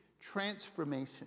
transformation